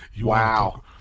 Wow